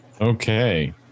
Okay